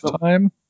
time